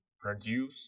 produce